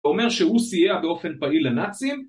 זה אומר שהוא סייע באופן פעיל לנאצים?